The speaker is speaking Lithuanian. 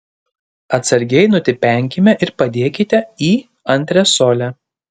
atsargiai nutipenkime ir padėkite į antresolę